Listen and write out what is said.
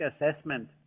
assessment